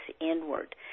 inward